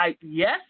Yes